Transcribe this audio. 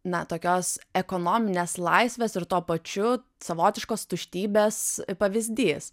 na tokios ekonominės laisvės ir tuo pačiu savotiškos tuštybės pavyzdys